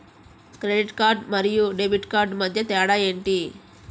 Credit card మరియు debit card మధ్య తేడా ఎంటి?